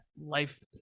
Life